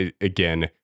again